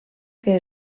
que